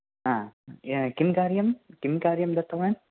हा किं कार्यम् किं कार्यं दत्तवान्